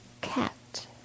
cat